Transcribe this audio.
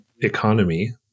economy